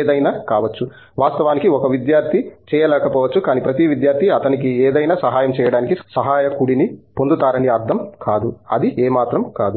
ఏదైనా కావచ్చు వాస్తవానికి 1 విద్యార్థి చేయలేకపోవచ్చు కానీ ప్రతి విద్యార్థి అతనికి ఏదైనా సహాయం చేయడానికి సహాయకుడిని పొందుతారని అర్థం కాదు అది ఏమాత్రం కాదు